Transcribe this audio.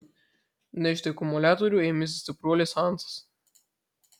nešti akumuliatorių ėmėsi stipruolis hansas